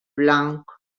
blanc